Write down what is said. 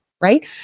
right